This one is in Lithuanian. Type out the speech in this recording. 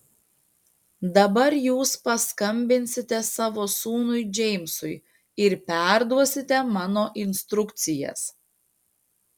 dabar jūs paskambinsite savo sūnui džeimsui ir perduosite mano instrukcijas